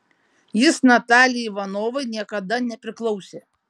jis natalijai ivanovai niekada nepriklausė